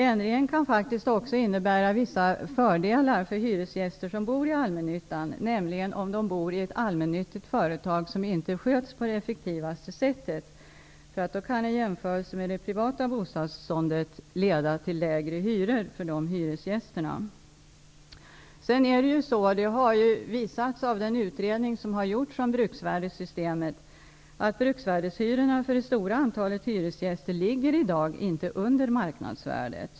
Ändringen kan faktiskt också innebära vissa fördelar för hyresgäster som bor i allmännyttan, nämligen om det rör sig om ett allmännyttigt företag som inte sköts på det mest effektiva sättet. I jämförelse med det privata bostadsbeståndet kan det leda till lägre hyror för dessa hyresgäster. Den utredning som har gjorts om bruksvärdessystemet har visat att bruksvärdeshyrorna för det stora antalet hyresgäster i dag inte ligger under marknadsvärdet.